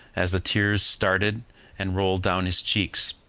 as the tears started and rolled down his cheeks.